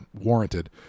warranted